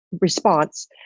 response